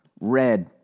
red